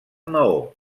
maó